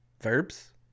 verbs